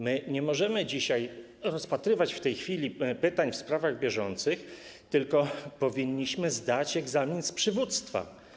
My nie możemy dzisiaj rozpatrywać w tej chwili pytań w sprawach bieżących, tylko powinniśmy zdać egzamin z przywództwa.